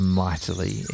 mightily